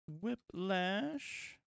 Whiplash